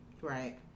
Right